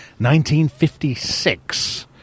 1956